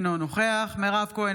אינו נוכח מירב כהן,